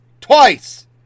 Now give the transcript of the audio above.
twice